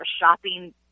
shopping